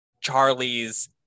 Charlie's